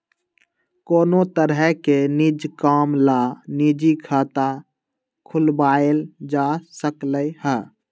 कोनो तरह के निज काम ला निजी खाता खुलवाएल जा सकलई ह